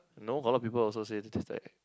no got a lot people also say this taste like